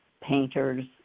painters